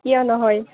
কিয় নহয়